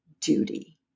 duty